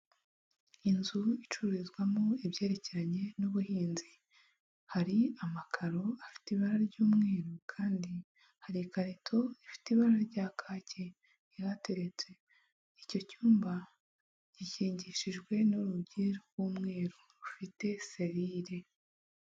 Inzu icururizwamo ibyerekeranye n'ubuhinzi, hari amakaro afite ibara ry'umweru kandi, hari ikarito ifite ibara rya kacye ihateretse. Icyo cyumba gikingishijwe n'urugi rw'umweru rufite serire.